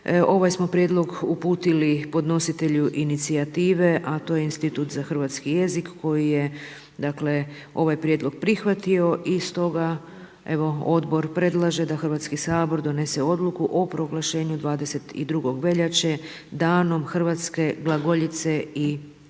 ovaj smo prijedlog uputili podnositelju inicijative, a to je Institut za hrvatski jezik koji je ovaj prijedlog prihvatio i stoga evo Odbor predlaže da Hrvatski sabor donese Odluku o proglašenju 22. veljače Danom hrvatske glagoljice i